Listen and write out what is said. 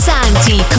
Santi